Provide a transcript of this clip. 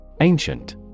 Ancient